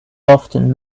often